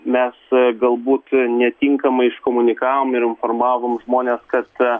mes galbūt netinkamai iškomunikavom ir informavom žmones kad